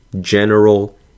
general